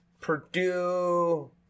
Purdue